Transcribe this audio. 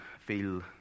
feel